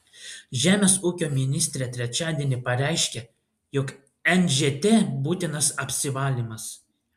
žemės ūkio ministrė trečiadienį pareiškė jog nžt būtinas apsivalymas